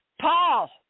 Paul